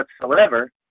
whatsoever